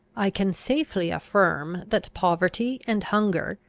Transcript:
i can safely affirm, that poverty and hunger,